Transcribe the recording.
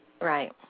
Right